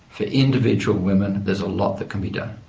for individual women there's a lot that can be done.